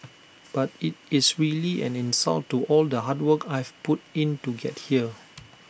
but IT is really an insult to all the hard work I've put in to get here